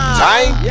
time